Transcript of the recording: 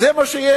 זה מה שיש.